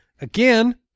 again